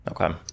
okay